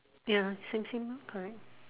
ya same same lor correct